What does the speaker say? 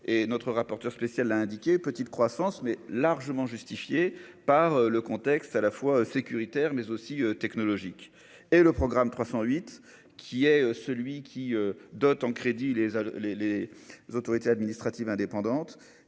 et notre rapporteur spécial a indiqué petite croissance mais largement justifiée par le contexte à la fois sécuritaire mais aussi technologique et le programme 308 qui est celui qui d'autre en crédit les, les, les autorités administratives indépendantes